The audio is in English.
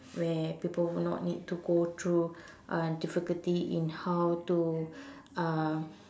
where people would not need to go through uh difficulty in how to uh